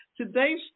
Today's